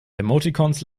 emoticons